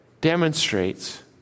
demonstrates